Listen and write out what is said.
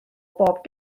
bob